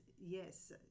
Yes